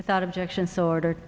without objection so order